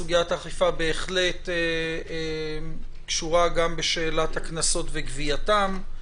סוגיית האכיפה בהחלט קשורה גם בשאלת הקנסות וגבייתם.